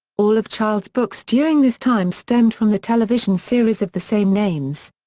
all of child's books during this time stemmed from the television series of the same names.